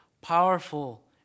powerful